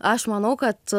aš manau kad